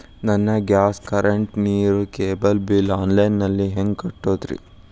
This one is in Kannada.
ನನ್ನ ಗ್ಯಾಸ್, ಕರೆಂಟ್, ನೇರು, ಕೇಬಲ್ ಬಿಲ್ ಆನ್ಲೈನ್ ನಲ್ಲಿ ಹೆಂಗ್ ಕಟ್ಟೋದ್ರಿ?